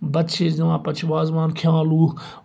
بَتہٕ چھِ أسۍ دِوان پَتہٕ چھِ وازوان کِھیٚوان لُکھ